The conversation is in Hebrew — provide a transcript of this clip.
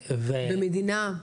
במדינה?